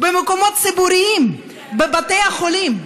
במקומות ציבוריים, בבתי החולים.